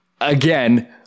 again